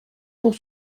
pour